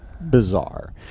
Bizarre